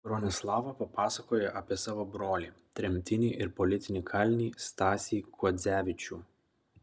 bronislava papasakojo apie savo brolį tremtinį ir politinį kalinį stasį kuodzevičių